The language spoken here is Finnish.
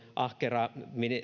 ahkera